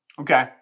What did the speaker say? okay